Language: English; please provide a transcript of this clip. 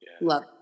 Love